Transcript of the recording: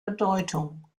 bedeutung